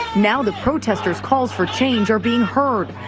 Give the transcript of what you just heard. now the protestors calls for change are being heard.